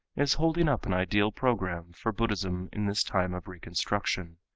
is holding up an ideal program for buddhism in this time of reconstruction.